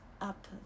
up